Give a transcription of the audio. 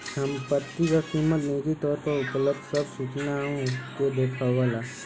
संपत्ति क कीमत निजी तौर पर उपलब्ध सब सूचनाओं के देखावला